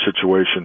situation